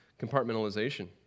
compartmentalization